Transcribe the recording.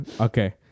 okay